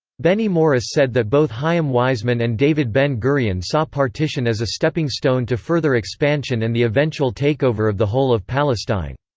benny morris said that both chaim weizmann and david ben gurion saw partition as a stepping stone to further expansion and the eventual takeover of the whole of palestine.